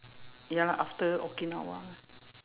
ya lah after Okinawa lah